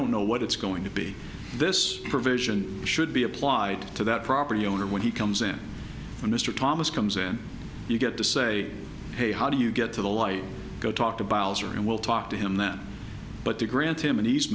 don't know what it's going to be this provision should be applied to that property owner when he comes in and mr thomas comes in you get to say hey how do you get to the light go talk to her and we'll talk to him that but to grant him an